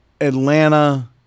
Atlanta